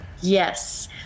yes